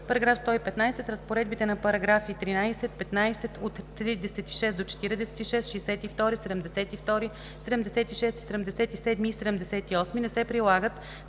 115: „§ 115. Разпоредбите на параграфи 13, 15, 36 – 46, 62, 72, 76, 77 и 78 не се прилагат